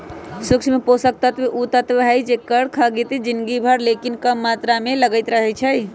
सूक्ष्म पोषक तत्व उ तत्व हइ जेकर खग्गित जिनगी भर लेकिन कम मात्र में लगइत रहै छइ